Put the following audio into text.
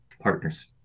partners